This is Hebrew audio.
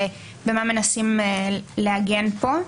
במה מנסים להגן פה.